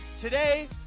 Today